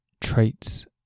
traits